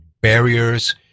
barriers